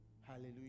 Hallelujah